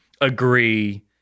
agree